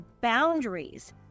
boundaries